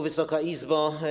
Wysoka Izbo!